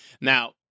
Now